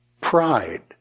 Pride